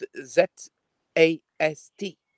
Z-A-S-T